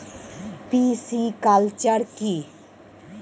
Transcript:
Pisciculture কি?